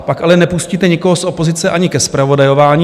Pak ale nepustíte nikoho z opozice ani ke zpravodajování.